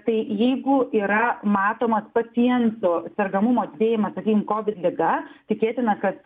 tai jeigu yra matomas pacientų sergamumo didėjimas sakykim kovid liga tikėtina kad